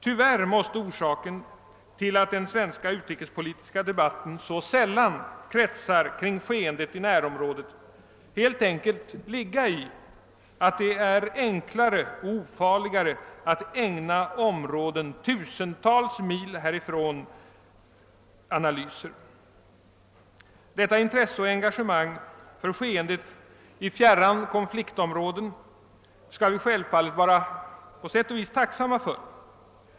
Tyvärr måste orsaken till att den svenska utrikespolitiska debatten så sällan kretsar kring skeendet i närområdet helt enkelt ligga i att det är enklare och ofarligare alt ägna områden tusentals mil härifrån analyser. Detta intresse. och engageman för skeendet i fjärran konfliktområden skall vi självfallet på sätt och vis vara tacksamma för.